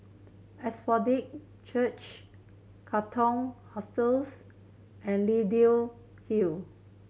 Church Katong Hostels and Leyden Hill